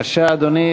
בבקשה, אדוני.